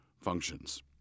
functions